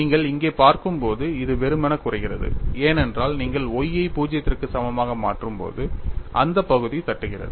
நீங்கள் இங்கே பார்க்கும்போது இது வெறுமனே குறைகிறது ஏனென்றால் நீங்கள் y ஐ 0 க்கு சமமாக மாற்றும்போது இந்த பகுதி தட்டுகிறது